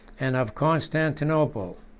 and of constantinople,